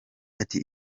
ati